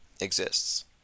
exists